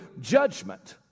judgment